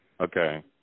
Okay